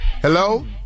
Hello